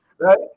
Right